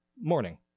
morning